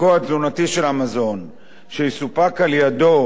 ערכו התזונתי של המזון שיסופק על-ידו,